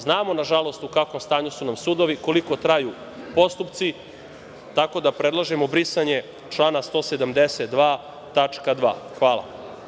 Znamo, nažalost, u kakvom stanju su nam sudovi, koliko traju postupci, tako da predlažemo brisanje člana 172. tačka 2. Hvala.